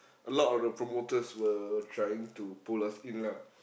a lot of the promoters were trying to pull us in lah